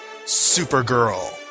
Supergirl